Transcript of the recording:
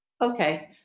Okay